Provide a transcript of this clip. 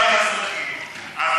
אתה מדבר,